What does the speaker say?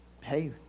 hey